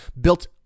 built